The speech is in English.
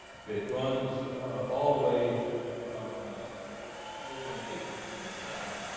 it runs all the way from mozambique in the south,